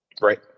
Right